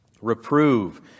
Reprove